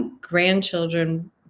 grandchildren